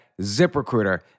ZipRecruiter